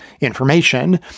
information